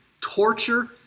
torture